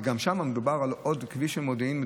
גם שם מדובר על עוד כביש של מודיעין עילית,